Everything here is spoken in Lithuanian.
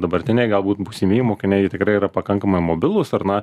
dabartiniai galbūt būsimieji mokiniai tikrai yra pakankamai mobilūs ar na